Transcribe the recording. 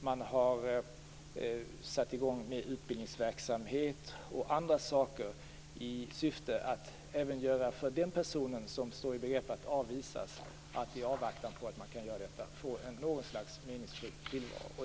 Man har satt i gång med utbildningsverksamhet och andra saker i syfte att även den person som skall avvisas får något slags meningsfylld tillvaro i avvaktan på detta.